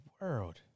world